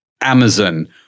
Amazon